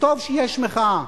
וטוב שיש מחאה,